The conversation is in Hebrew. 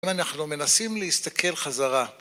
אנחנו מנסים להסתכל חזרה